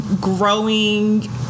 growing